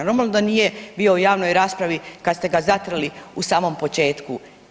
Normalno da nije bio u javnoj raspravi kad ste ga zatrli u samom početku.